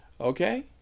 Okay